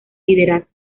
liderazgo